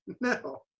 No